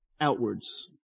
outwards